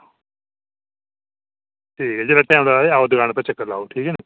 ठीक हे जिसलै बी टैंम लगदा ते लाओ दकान उप्पर चक्कर ठीक ऐ नेईं